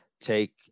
take